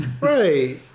Right